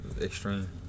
extreme